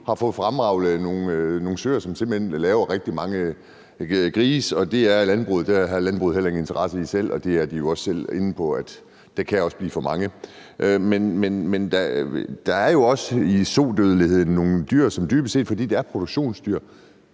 har fået fremavlet nogle søer, som simpelt hen laver rigtig mange grise, og det har landbruget jo heller ingen interesse i selv. Det er de også selv inde på, nemlig at der også kan blive for mange. Men der er jo også i forhold til sodødeligheden nogle dyr, som, fordi de dybest set er produktionsdyr,